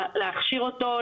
להכשיר אותו,